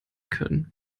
können